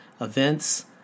events